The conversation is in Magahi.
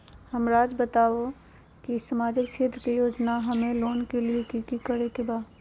हमराज़ बताओ कि सामाजिक क्षेत्र की योजनाएं हमें लेने के लिए कि कि करे के बा?